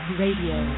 radio